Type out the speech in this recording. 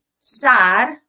sad